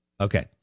Okay